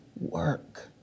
work